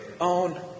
own